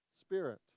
spirit